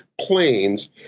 planes